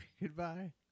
Goodbye